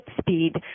speed